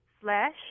slash